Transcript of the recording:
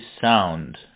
sound